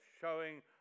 showing